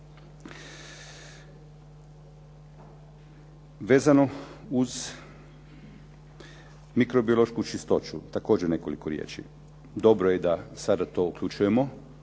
Vezano uz mikrobiološku čistoću također nekoliko riječi. Dobro je da sada to uključujemo